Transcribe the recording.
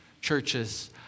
churches